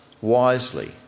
wisely